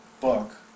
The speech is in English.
book